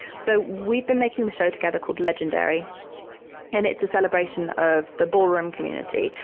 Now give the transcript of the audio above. so we've been making the show together called legendary and it's a celebration of the ballroom community.